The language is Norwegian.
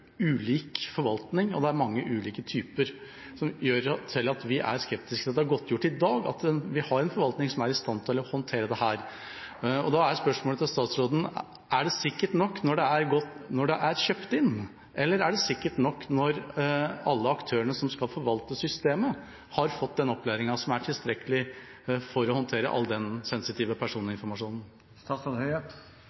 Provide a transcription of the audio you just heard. ulik forvaltning, og det er mange ulike typer forvaltning – som gjør at vi er skeptiske. Det er godtgjort i dag at vi har en forvaltning som er i stand til å håndtere dette. Da er spørsmålet til statsråden: Er det sikkert nok når det er kjøpt inn, eller er det sikkert nok når alle aktørene som skal forvalte systemet, har fått den opplæringen som er tilstrekkelig for å håndtere all den sensitive